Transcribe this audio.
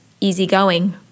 easygoing